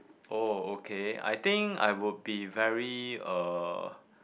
oh okay I think I would be very uh